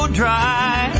dry